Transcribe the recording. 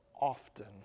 often